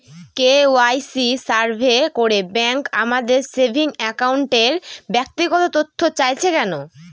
KYC survey করে bank আমাদের saving অ্যাকাউন্টের ব্যক্তিগত তথ্য চাইছে কেন?